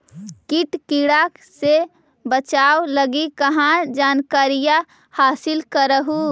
किट किड़ा से बचाब लगी कहा जानकारीया हासिल कर हू?